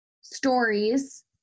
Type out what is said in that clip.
stories